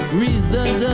reasons